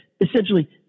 essentially –